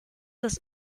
das